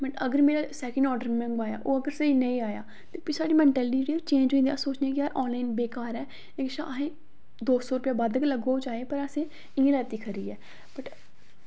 अगर मेरा second order में मंगाया ओह् अगर स्हेई नेईं आया ते फ्ही साढ़ी मेंटालिटी जेह्ड़ी ऐ चेंज होई जंदी अस सोचने कि यार आनलाईन बेकार ऐ बेशक असें दौ सौ रपेआ बद्ध गै लग्गोग चाहे पर असें इं'या लैती दी खरी ऐ